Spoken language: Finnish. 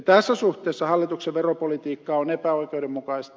tässä suhteessa hallituksen veropolitiikka on epäoikeudenmukaista